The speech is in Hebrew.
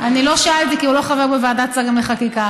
אני לא שאלתי, כי הוא לא חבר בוועדת שרים לחקיקה.